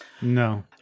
no